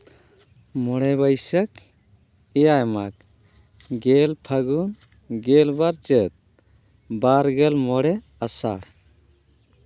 ᱢᱚᱬᱮ ᱵᱟᱹᱭᱥᱟᱹᱠ ᱮᱭᱟᱭ ᱢᱟᱜᱽ ᱜᱮᱞ ᱯᱷᱟᱹᱜᱩᱱ ᱜᱮᱞᱵᱟᱨ ᱪᱟᱹᱛ ᱵᱟᱨᱜᱮᱞ ᱢᱚᱬᱮ ᱟᱥᱟᱲ